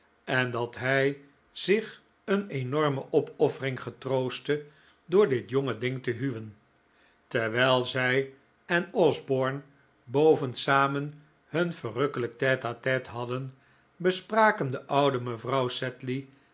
en dat hij zich een enorme opoffering getroostte door dit jonge ding te huwen terwijl zij en osborne boven samen hun verrukkelijk tete-a-tete hadden bespraken de oude mevrouw